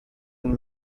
and